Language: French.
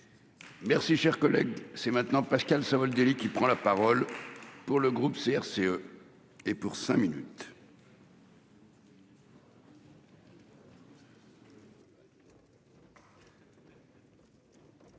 Merci, cher collègue, c'est maintenant. Pascal Savoldelli, qui prend la parole pour le groupe CRCE. Et pour cinq minutes.